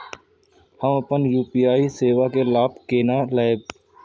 हम अपन यू.पी.आई सेवा के लाभ केना लैब?